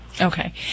Okay